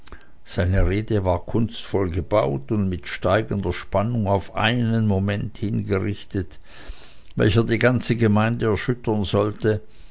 seine rede war kunstvoll gebaut und mit steigender spannung auf einen moment hin gerichtet welcher die ganze gemeinde erschüttern sollte